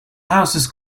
houses